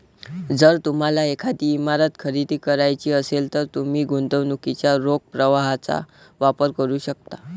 जर तुम्हाला एखादी इमारत खरेदी करायची असेल, तर तुम्ही गुंतवणुकीच्या रोख प्रवाहाचा वापर करू शकता